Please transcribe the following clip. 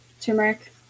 turmeric